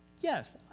Yes